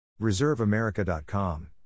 ReserveAmerica.com